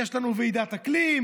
יש לנו ועידת אקלים.